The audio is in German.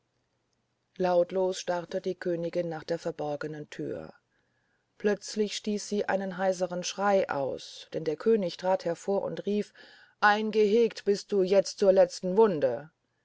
lautlos starrte die königin nach der verborgenen tür plötzlich stieß sie einen heiseren schrei aus denn der könig trat hervor und rief eingehegt bist du selbst zur letzten wunde